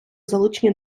залучені